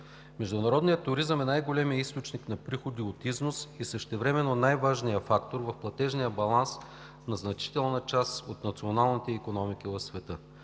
Международният туризъм е най-големият източник на приходи от износ и същевременно най-важният фактор в платежния баланс на значителна част от националните икономики в света.